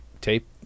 Tape